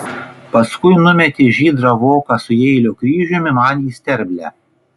paskui numetė žydrą voką su jeilio kryžiumi man į sterblę